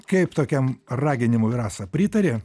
kaip tokiam raginimui rasa pritari